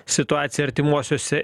situaciją artimuosiuose